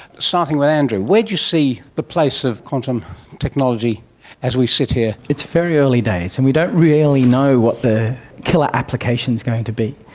starting with andrew, where do you see a place of quantum technology as we sit here? it's very early days and we don't really know what the killer application is going to be.